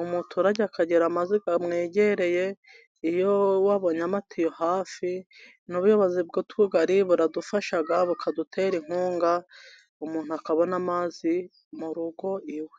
umuturage akagira amazi amwegereye iyo babonye amatiyo hafi, utugari baradufasha bakadutera inkunga umuntu akabona amazi mu rugo iwe.